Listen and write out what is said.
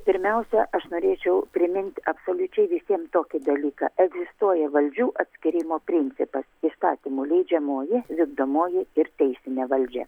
pirmiausia aš norėčiau primint absoliučiai visiem tokį dalyką egzistuoja valdžių atskyrimo principas įstatymų leidžiamoji vykdomoji ir teisinė valdžia